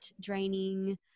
draining